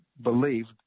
believed